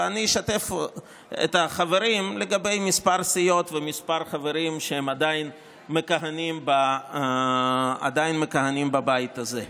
ואני אשתף את החברים לגבי כמה סיעות וכמה חברים שעדיין מכהנים בבית הזה.